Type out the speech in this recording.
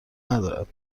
ندارد